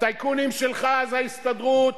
הטייקונים שלך זה ההסתדרות,